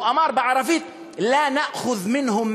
הוא אמר בערבית: (אומר בערבית ומתרגם:)